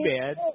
bad